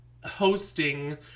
hosting